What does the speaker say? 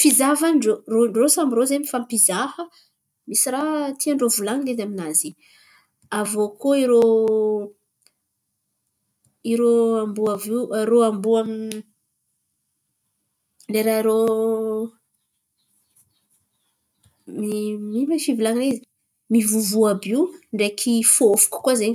fizahavan-drô, irô samby irô zen̈y mifampizaha, misy raha tian-drô volan̈iny edy aminazy. Aviô koa irô, amboa avy io mboa àby io lera rô mi- ino ma fivolan̈ana izy mivovo àby io ndreky fôfoko koa zen̈y.